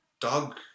dog